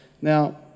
Now